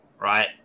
right